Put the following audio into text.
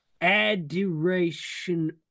Adoration